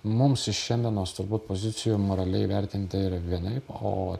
mums iš šiandienos turbūt pozicijų moraliai vertinti yra vienaip o